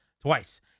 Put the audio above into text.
twice